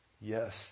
Yes